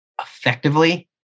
effectively